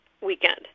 weekend